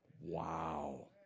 Wow